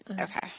Okay